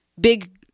big